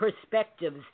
perspectives